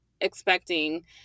expecting